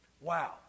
Wow